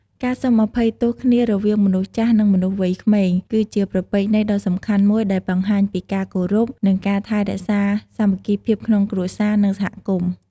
ការសុំអភ័យទោសគ្នារវាងមនុស្សចាស់ និងមនុស្សវ័យក្មេង គឺជាប្រពៃណីដ៏សំខាន់មួយដែលបង្ហាញពីការគោរព និងការថែរក្សាសាមគ្គីភាពក្នុងគ្រួសារ និងសហគមន៍។